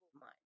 mind